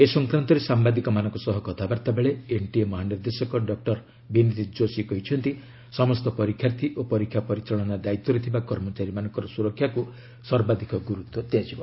ଏ ସଂକ୍ରାନ୍ତରେ ସାମ୍ଭାଦିକମାନଙ୍କ ସହ କଥାବାର୍ତ୍ତା ବେଳେ ଏନ୍ଟିଏ ମହାନିର୍ଦ୍ଦେଶକ ଡକୁର ବିନୀତ୍ ଯୋଶୀ କହିଛନ୍ତି ସମସ୍ତ ପରୀକ୍ଷାର୍ଥୀ ଓ ପରୀକ୍ଷା ପରିଚାଳନା ଦାୟିତ୍ୱରେ ଥିବା କର୍ମଚାରୀମାନଙ୍କର ସୁରକ୍ଷାକୁ ସର୍ବାଧିକ ଗୁରୁତ୍ୱ ଦିଆଯିବ